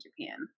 Japan